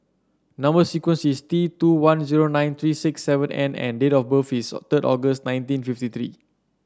number sequence is T two one zero nine three six seven N and date of birth is third August nineteen fifty three